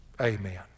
Amen